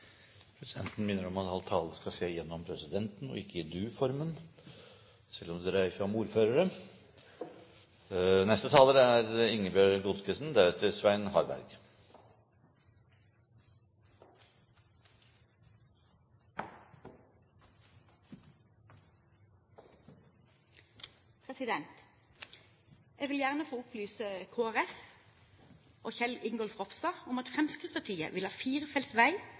Presidenten minner om at all tale skal skje gjennom presidenten, og ikke i du-formen, selv om det dreier seg om ordførere. Jeg vil gjerne få opplyse Kristelig Folkeparti og Kjell Ingolf Ropstad om at Fremskrittspartiet vil ha firefelts vei